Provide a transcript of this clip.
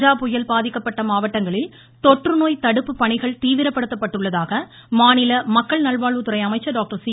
கஜா புயலால் பாதிக்கப்பட்ட மாவட்டங்களில் தொற்றுநோய் தடுப்பு பணிகள் தீவிரப்படுத்தப்பட்டுள்ளதாக மாநில மக்கள் நல்வாழ்வுத்துறை அமைச்சர் டாக்டர் சி